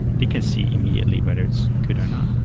they can see immediately whether it's good or not.